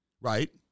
right